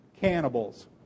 cannibals